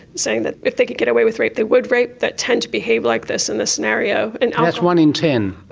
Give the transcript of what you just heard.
saying that if they could get away with rape they would rape, that tend to behave like this in this scenario. and ah that's one in ten?